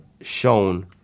shown